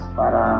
para